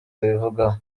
abivugaho